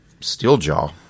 Steeljaw